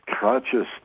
Consciousness